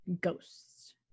ghosts